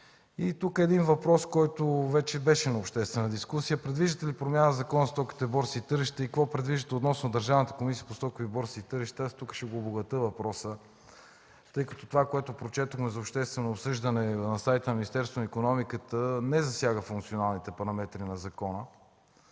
Тук един въпрос, който вече беше на обществена дискусия: предвиждате ли промяна в Закона за стоковите борси и тържищата и какво предвиждате относно Държавната комисия по стокови борси и тържища? Тук ще обогатя въпроса, тъй като това, което прочетохме за обществено обсъждане на сайта на Министерството на икономиката и енергетиката, не засяга функционалните параметри на закона.